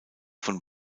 von